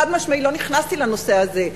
חד-משמעית לא נכנסתי לנושא הזה.